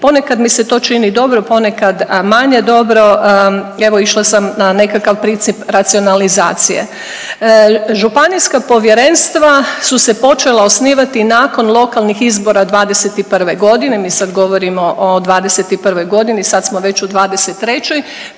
Ponekad mi se to čini dobro, ponekad manje dobro, evo išla sam na nekakav princip racionalizacije. Županijska povjerenstva su se počela osnivati nakon lokalnih izbora '21.g., mi sad govorimo o '21.g., sad smo već u '23.,